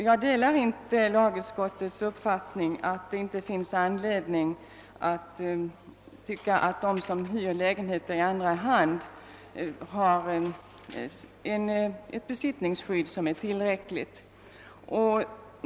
Jag delar inte lagutskottets uppfattning, att de som hyr lägenheter i andra hand har ett tillfredsställande besittningsskydd.